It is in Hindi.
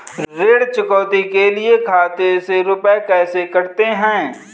ऋण चुकौती के लिए खाते से रुपये कैसे कटते हैं?